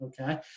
okay